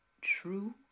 True